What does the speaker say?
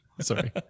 Sorry